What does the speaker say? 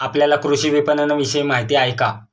आपल्याला कृषी विपणनविषयी माहिती आहे का?